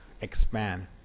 expand